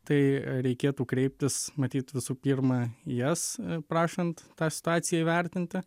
tai reikėtų kreiptis matyt visų pirma į jas prašant tą situaciją įvertinti